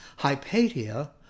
Hypatia